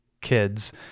kids